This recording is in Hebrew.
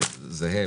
זהה.